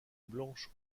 blanche